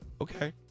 Okay